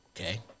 okay